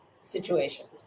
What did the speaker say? situations